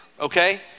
okay